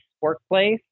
workplace